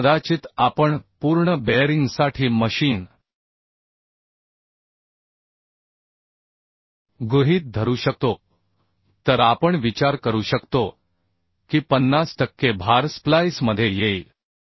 तर कदाचित आपण पूर्ण बेअरिंगसाठी मशीन गृहीत धरू शकतो तर आपण विचार करू शकतो की 50 टक्के भार स्प्लाइसमध्ये येईल